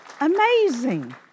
Amazing